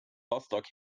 rostock